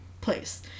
place